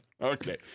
Okay